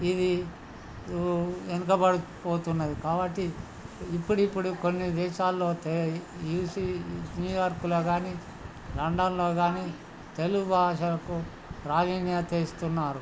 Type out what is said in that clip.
ఇది వెనకబడిపోతున్నది కాబట్టి ఇప్పుడిప్పుడు కొన్ని దేశాల్లో న్యూయార్క్లో కానీ లండన్లో కానీ తెలుగు భాషకు ప్రావీణ్యత ఇస్తున్నారు